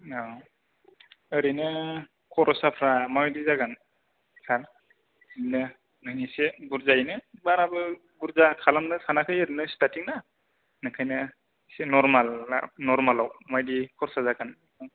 औ एरैनो खरसाफ्रा माबादि जागोन सार बिदिनो नों एसे बुरजायैनो बाराबो बुरजा खालामनो सानाखै एरैनो सिथारथिं ना ओंखायनो एसे नरमालाव माबादि खरसा जागोन